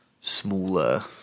smaller